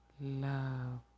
love